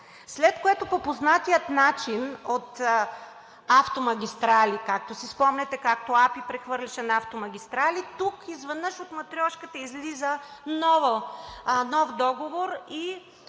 след което по познатия начин от „Автомагистрали“, както си спомняте, както АПИ прехвърляше на „Автомагистрали“, тук изведнъж от „матрьошката“ излиза нов договор и